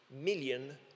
million